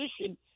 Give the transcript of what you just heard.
position